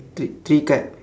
three three card